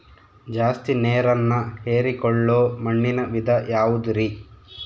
ಜಾಸ್ತಿ ನೇರನ್ನ ಹೇರಿಕೊಳ್ಳೊ ಮಣ್ಣಿನ ವಿಧ ಯಾವುದುರಿ?